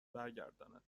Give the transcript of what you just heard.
برگرداند